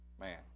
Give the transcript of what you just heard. man